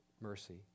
mercy